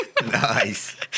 Nice